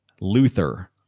Luther